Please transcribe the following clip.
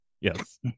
Yes